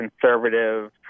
conservative